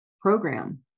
program